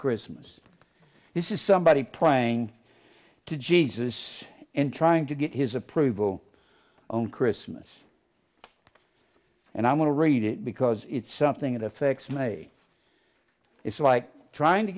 christmas this is somebody praying to jesus in trying to get his approval on christmas and i want to read it because it's something that affects me it's like trying to